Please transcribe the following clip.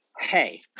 Hey